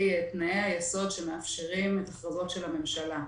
תנאי היסוד שמאפשרים את החובות של הממשלה,